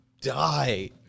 die